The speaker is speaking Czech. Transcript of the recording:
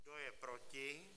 Kdo je proti?